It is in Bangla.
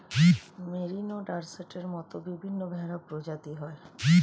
মেরিনো, ডর্সেটের মত বিভিন্ন ভেড়া প্রজাতি হয়